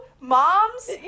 moms